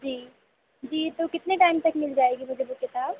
जी जी तो कितने टाइम तक मिल जाएगी मुझे वह किताब